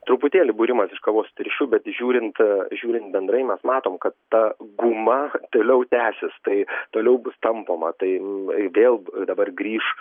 truputėlį būrimas iš kavos tirščių bet žiūrint žiūrint bendrai mes matom kad ta guma toliau tęsis tai toliau bus tampoma tai vėl dabar grįš